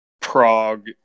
Prague